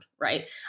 right